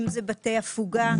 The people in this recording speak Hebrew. אם זה בתי הפוגה,